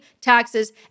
taxes